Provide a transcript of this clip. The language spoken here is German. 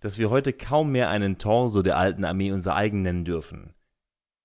daß wir heute kaum mehr einen torso der alten armee unser eigen nennen dürfen